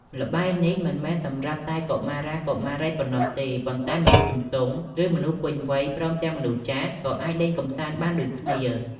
ល្បែងនេះមិនមែនសម្រាប់តែកុមារា កុមារីប៉ុណ្ណោះទេ ប៉ុន្តែមនុស្សជំទង់ ឬ មនុស្សពេញវ័យ ព្រមទាំងមនុស្សចាស់ក៏អាចលេងកំសាន្តបានដូចគ្នា។